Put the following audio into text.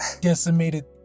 decimated